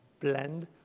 blend